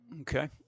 Okay